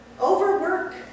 overwork